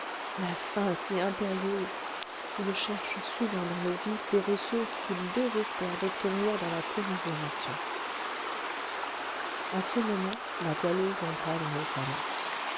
la faim si impérieuse ils cherchent souvent dans le vice des ressources qu'ils désespèrent d'obtenir dans la commisération à ce moment la goualeuse entra dans le salon